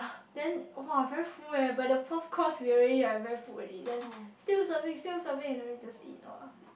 then !wah! very full eh by the fourth course we already like very full already then still serving still serving then just eat !wah!